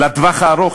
לטווח הארוך,